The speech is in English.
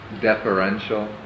deferential